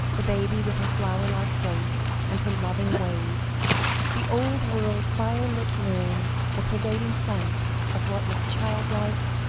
the baby with her flower-like face, and her loving ways the old-world firelit room, the pervading sense of what was child-like,